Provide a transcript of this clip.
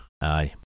Aye